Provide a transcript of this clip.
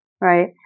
right